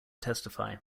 testify